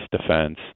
defense